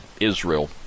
Israel